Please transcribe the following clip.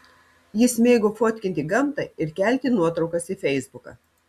jis mėgo fotkinti gamtą ir kelti nuotraukas į feisbuką